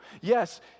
Yes